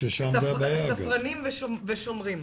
ספרנים ושומרים.